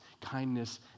kindness